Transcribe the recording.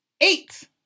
eight